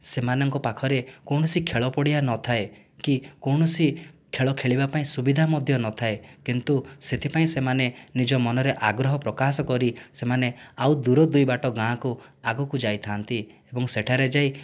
ସେମାନଙ୍କ ପାଖରେ କୌଣସି ଖେଳ ପଡ଼ିଆ ନଥାଏ କି କୌଣସି ଖେଳ ଖେଳିବା ପାଇଁ ସୁବିଧା ମଧ୍ୟ ନଥାଏ କିନ୍ତୁ ସେଥିପାଇଁ ସେମାନେ ନିଜ ମନରେ ଆଗ୍ରହ ପ୍ରକାଶ କରି ସେମାନେ ଆଉ ଦୂର ଦୁଇ ବାଟ ଗାଁକୁ ଆଗକୁ ଯାଇଥାନ୍ତି ଏବଂ ସେଠାରେ ଯାଇ